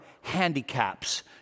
handicaps